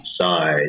side